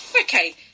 okay